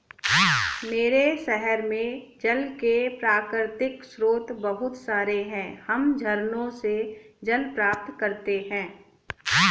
मेरे शहर में जल के प्राकृतिक स्रोत बहुत सारे हैं हम झरनों से जल प्राप्त करते हैं